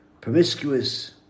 promiscuous